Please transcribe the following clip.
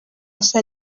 nshya